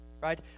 right